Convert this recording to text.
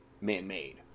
man-made